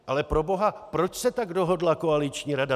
Ale proboha, proč se tak dohodla koaliční rada?